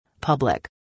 public